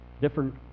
different